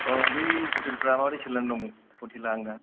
औ बे हथेलफ्रा माबादि सोलिना दं हथेला आंना